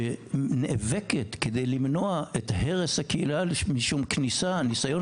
שנאבקת כדי למנוע את הרס הקהילה משום ניסיון